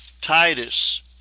Titus